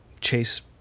chase